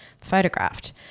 photographed